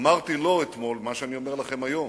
אמרתי לו אתמול מה שאני אומר לכם היום,